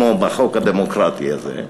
כמו בחוק הדמוקרטי הזה,